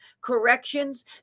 corrections